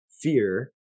fear